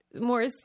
more